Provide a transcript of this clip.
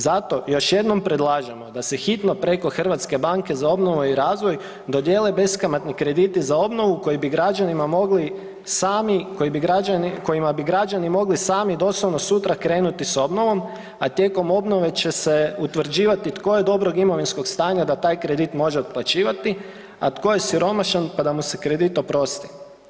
Zato još jednom predlažemo da se hitno preko Hrvatske banke za obnovu i razvoj dodijele beskamatni krediti za obnovu koji bi građanima mogli sami, kojima bi građani mogli sami doslovno sutra krenuti s obnovom, a tijekom obnove će se utvrđivati tko je dobrog imovinskog stanja da taj kredit može otplaćivati, a tko je siromašan pa da mu se kredit oprosti?